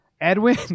Edwin